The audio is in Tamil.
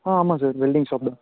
ஆ ஆமாம் சார் வெல்டிங் ஷாப் தான்